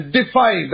defy